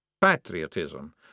patriotism